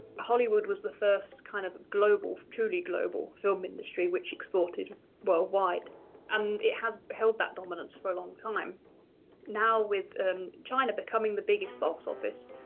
hollywood was the first kind of global, truly global film industry, which exported worldwide and it has held that dominance for a long time now with china becoming the biggest box office,